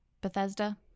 Bethesda